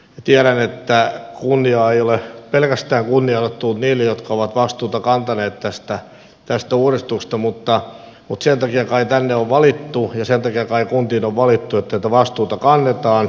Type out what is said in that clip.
tiedän että pelkästään kunniaa ei ole tullut niille jotka ovat vastuuta kantaneet tästä uudistuksesta mutta sen takia kai tänne on valittu ja sen takia kai kuntiin on valittu että tätä vastuuta kannetaan